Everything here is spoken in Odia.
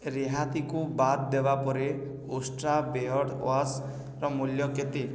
ରିହାତିକୁ ବାଦ ଦେବା ପରେ ଉଷ୍ଟ୍ରା ବେୟର୍ଡ଼୍ ୱାଶ୍ର ମୂଲ୍ୟ କେତେ